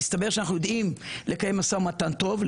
מסתבר שאנחנו יודעים לקיים משא ומתן טוב.